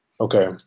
okay